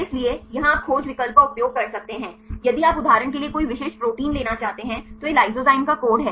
इसलिए यहां आप खोज विकल्प का उपयोग कर सकते हैं यदि आप उदाहरण के लिए कोई विशिष्ट प्रोटीन लेना चाहते हैं तो यह लाइसोजाइम का कोड है